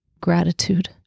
gratitude